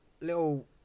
little